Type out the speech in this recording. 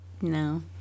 No